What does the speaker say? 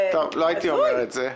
לא הייתי אומר את זה.